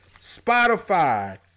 Spotify